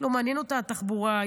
לא מעניינת אותה התחבורה.